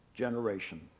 generation